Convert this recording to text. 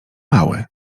mały